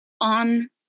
On